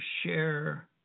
share